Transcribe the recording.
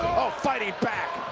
fighting back.